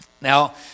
Now